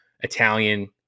Italian